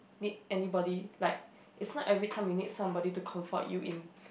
need anybody like it's not everytime you need somebody to comfort you in